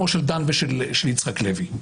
כמו של דן ושל יצחק לוי.